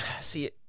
see